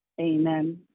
amen